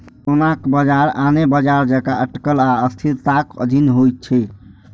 सोनाक बाजार आने बाजार जकां अटकल आ अस्थिरताक अधीन होइ छै